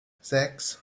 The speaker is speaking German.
sechs